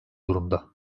durumda